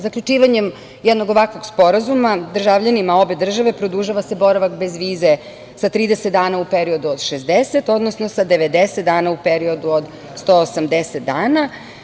Zaključivanjem jednog ovakvog sporazuma državljanima obe države produžava se boravaka bez vize sa 30 dana u periodu od 60, odnosno sa 90 dana u periodu od 180 dana.